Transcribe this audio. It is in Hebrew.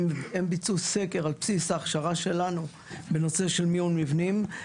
הם ביצעו סקר על בסיס ההכשרה שלנו בנושא של מיון מבנים.